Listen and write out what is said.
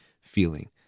feeling